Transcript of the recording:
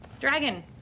Dragon